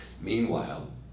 Meanwhile